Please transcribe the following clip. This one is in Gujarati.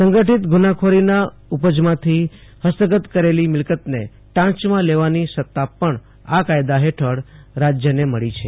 સંગઠીત ગુનાખોરીના ઉપજમાંથી હસ્તગત કરેલી મિલકતને ટાંચમાં લેવાની સત્તા પણ આ કાયદા હેઠળ રાજ્યને મળી છે